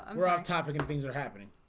and we're off topic and things are happening.